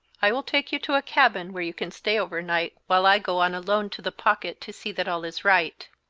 i will take you to a cabin where you can stay over night while i go on alone to the pocket to see that all is right.